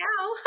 now